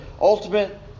ultimate